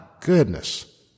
goodness